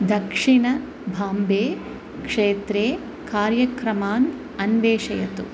दक्षिणभाम्बे क्षेत्रे कार्यक्रमान् अन्वेषयतु